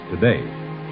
today